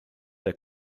der